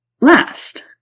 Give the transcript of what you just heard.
last